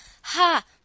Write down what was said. Ha